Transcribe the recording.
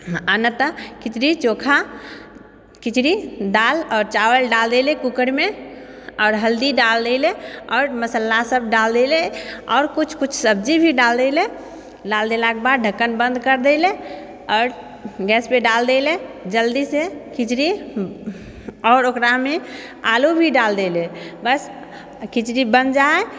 आओर नहि तऽ खिचड़ी चोखा खिचड़ी दालि आओर चावल डालि देलै कूकरमे आओर हल्दी डाल देलै आओर मसाला सब डाल देलै आओर कुछ कुछ सब्जी भी डाल देलै डाल देलाके बाद ढक्कन बन्द कर देलै आओर गैसपर डालि देलै जल्दीसँ खिचड़ी आओर ओकरामे आलू भी डालि देलै बस खिचड़ी बन जाइ हँ